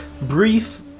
Brief